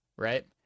Right